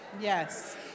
Yes